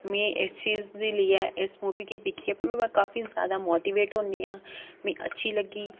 में इस चीज़ दी लेइयै इस मूवी गी दिक्खियै भी में काफी जादा मोटिवेट होनी आं मिगी अच्छी लग्गी